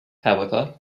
however